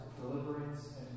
deliverance